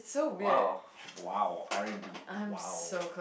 !wow! !wow! R-and-B !wow!